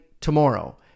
tomorrow